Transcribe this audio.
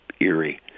eerie